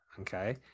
okay